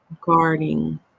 guarding